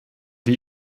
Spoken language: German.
die